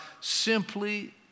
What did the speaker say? simply